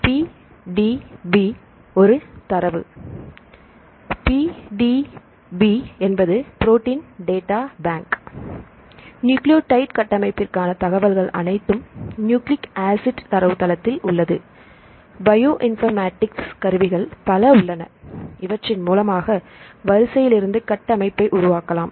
PDB ஒரு தரவு உள்ளது பிடிபி என்பது ப்ரோட்டின் டேட்டா பேங்க் நியூக்ளியோடைடு கட்டமைப்பிற்கான தகவல்கள் அனைத்தும் நியூக்ளிக் ஆசிட் தரவுத்தளத்தில் உள்ளதுபயோ இன்பர்மேட்டிக்ஸ் கருவிகள் பல உள்ளன இவற்றின் மூலமாக வரிசையிலிருந்து கட்டமைப்பை உருவாக்கலாம்